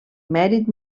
mèrit